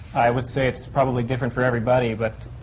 i would say it's probably different for everybody. but